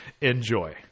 enjoy